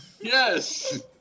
Yes